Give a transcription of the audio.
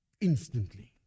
instantly